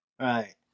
Right